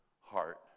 heart